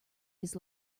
his